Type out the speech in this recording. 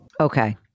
Okay